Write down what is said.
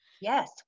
Yes